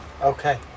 Okay